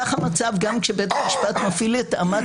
כך המצב גם כשבית המשפט מפעיל את אמת